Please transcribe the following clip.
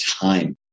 time